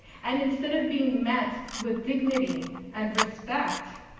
and, instead of being met with dignity and respect,